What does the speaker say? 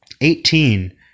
Eighteen